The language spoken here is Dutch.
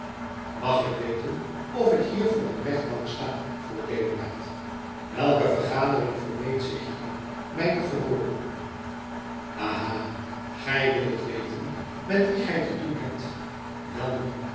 mag ik weten of ik hier voor een rechtbank sta vroeg deodaat welke vergadering vermeet zich hier mij te verhooren aha gij wilt weten met wie gij te doen hebt welnu